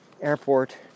airport